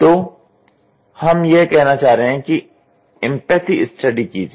तो हम यह कहना चाह रहे हैं कि इंपैथी स्टडी कीजिए